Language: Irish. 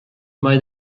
mbeidh